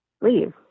leave